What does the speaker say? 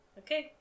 okay